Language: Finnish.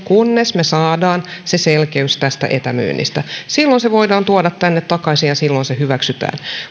kunnes me saamme selkeyden tästä etämyynnistä sitten se voidaan tuoda tänne takaisin ja silloin se hyväksytään